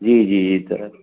जी जी ही त